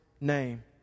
name